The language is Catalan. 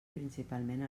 principalment